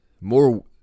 more